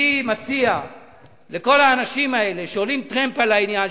אני מציע לכל האנשים האלה שעולים טרמפ על העניין,